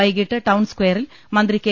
വൈകിട്ട് ടൌൺസ്ക്വയറിൽ മന്ത്രി കെ